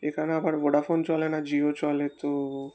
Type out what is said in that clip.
এখানে আবার ভোডাফোন চলে না জিও চলে তো